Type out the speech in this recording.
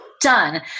done